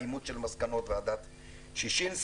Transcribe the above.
אימוץ של מסקנות ועדת ששינסקי.